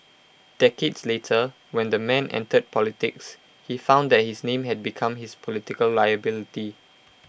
decades later when the man entered politics he found that his name had become his political liability